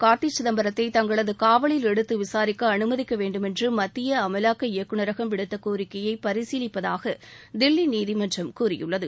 கார்த்தி சிதம்பரத்தை தங்களது காவலில் எடுத்து விசாரிக்க அனுமதிக்க வேண்டுமென்று மத்திய அமலாக்க இயக்குநரகம் விடுத்த கோரிக்கையை பரிசீலிப்பதாக தில்லி நீதிமன்றம் கூறியுள்ளது